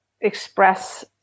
express